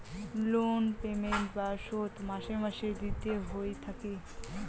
loan payment বা শোধ মাসে মাসে দিতে হই থাকি